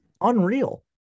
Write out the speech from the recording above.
Unreal